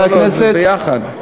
לא, זה יחד.